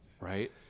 Right